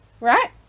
right